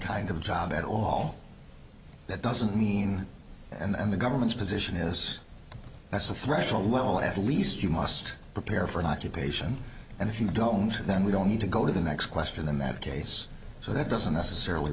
kind of job at all that doesn't mean and the government's position is that's a threshold well at least you must prepare for an occupation and if you don't then we don't need to go to the next question in that case so that doesn't necessarily